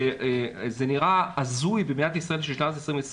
זה נראה הזוי במדינת ישראל של שנת 2020,